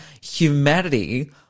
humanity